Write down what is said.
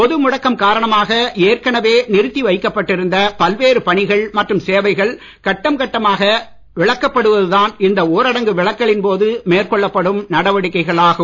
பொது முடக்கம் காரணமாக ஏற்கனவே நிறுத்தி வைக்கப்பட்டிருந்த பல்வேறு பணிகள் மற்றும் சேவைகள் கட்டம் கட்டமாக விலக்கப்படுவதுதான் இந்த ஊரடங்கு விலக்கலின் போது மேற்கொள்ளப்படும் நடவடிக்கைகள் ஆகும்